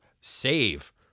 save